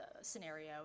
scenario